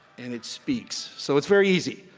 and it speaks. so it's very easy.